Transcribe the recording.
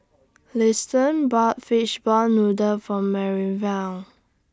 Liston bought Fish Ball Noodles For Minerva